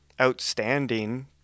outstanding